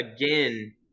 again